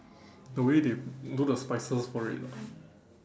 the way they do the spices for it lah